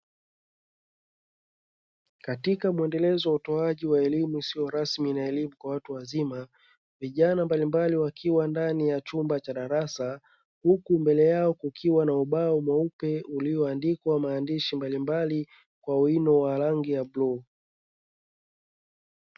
Katika mwendelezo wa utoaji wa elimu isiyo rasmi na elimu kwa watu wazima. Vijana mbalimbali wakiwa ndani ya chumba cha darasa, huku mbele yao kukiwa na ubao mweupe, uliondikwa maandishi mbalimbali kwa wino wa rangi ya bluu.